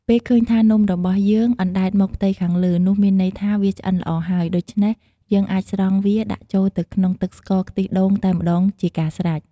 ពេលឃើញថា នំរបស់យើងអណ្ដែតមកផ្ទៃខាងលើ នោះមានន័យថា វាឆ្អិនល្អហើយ ដូច្នេះ យើងអាចស្រង់វាដាក់ចូលទៅក្នុងទឹកស្ករខ្ទិះដូងតែម្ដងជាការស្រេច។